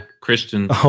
Christian